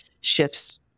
shifts